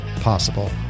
possible